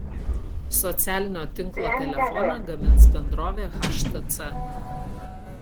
socialinio tinklo telefoną gamins bendrovė htc